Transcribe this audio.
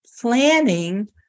planning